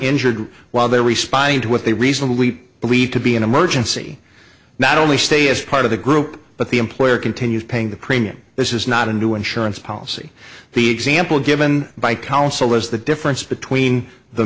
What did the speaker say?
injured while they're responding to what they reasonably believe to be an emergency not only stay as part of the group but the employer continues paying the premium this is not a new insurance policy the example given by council was the difference between the